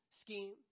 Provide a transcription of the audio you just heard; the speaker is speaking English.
scheme